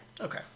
Okay